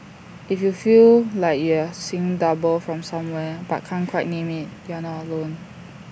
if you feel like you're seeing double from somewhere but can't quite name IT you're not alone